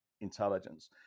intelligence